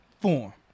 form